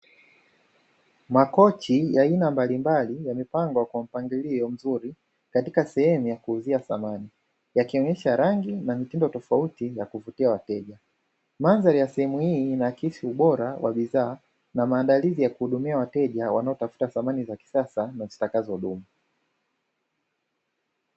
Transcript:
Makochi ya aina mbalimbali yamepangwa kwa mpangilio mzuri, katika sehemu ya kuuzia samani; yakionyesha rangi na mitindo tofauti ya kuvutia wateja. Mandhari ya sehemu hii inaakisi ubora wa bidhaa na maandalizi ya kuhudumia wateja wanaotafuta samani za kisasa na zitakazodumu.